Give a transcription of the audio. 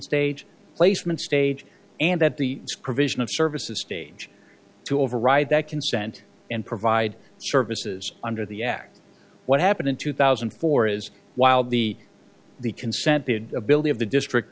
stage placement stage and that the creation of services stage to override that consent and provide services under the act what happened in two thousand and four is while the the consented ability of the district